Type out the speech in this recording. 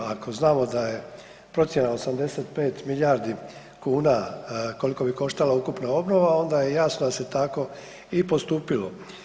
Ako znamo da je procjena 85 milijardi kuna, koliko bi koštala ukupna obnova, onda je jasno da se tako i postupilo.